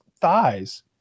thighs